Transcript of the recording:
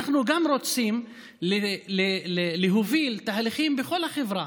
אנחנו רוצים להוביל תהליכים בכל החברה